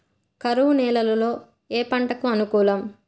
కరువు నేలలో ఏ పంటకు అనుకూలం?